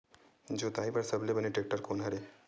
जोताई बर सबले बने टेक्टर कोन हरे?